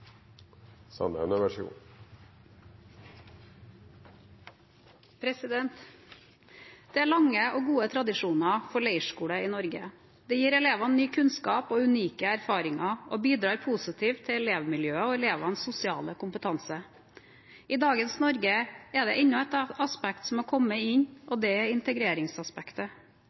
lange og gode tradisjoner for leirskole i Norge. Det gir elevene ny kunnskap og unike erfaringer og bidrar positivt til elevmiljøet og elevenes sosiale kompetanse. I dagens Norge er det enda et aspekt som har kommet inn, og det er integreringsaspektet.